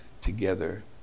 together